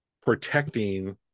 protecting